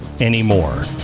anymore